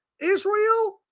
Israel